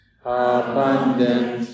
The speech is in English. abundant